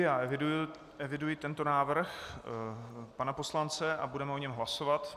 Já eviduji tento návrh pana poslance a budeme o něm hlasovat.